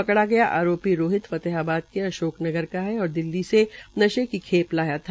पकड़ा गया आरोपी रोहित फतेहाबाद के अशोक नगर का है और दिल्ली से नशे की खेप लाया था